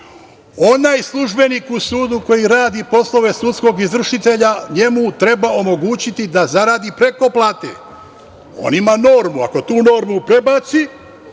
Onaj službenik u sudu koji radi poslove sudskog izvršitelja njemu treba omogućiti da zaradi preko plate, on ima normu, ako tu normu prebaci,